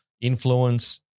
influence